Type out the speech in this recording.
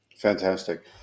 Fantastic